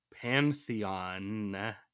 pantheon